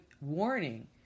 warning